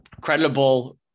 credible